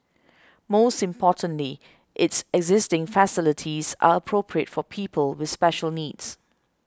most importantly its existing facilities are appropriate for people with special needs